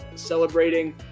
celebrating